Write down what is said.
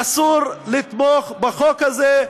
אסור לתמוך בחוק הזה,